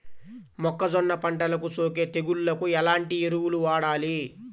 మొక్కజొన్న పంటలకు సోకే తెగుళ్లకు ఎలాంటి ఎరువులు వాడాలి?